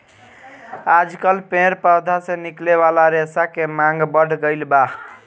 आजकल पेड़ पौधा से निकले वाला रेशा के मांग बढ़ गईल बा